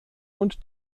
und